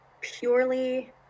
purely